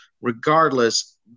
regardless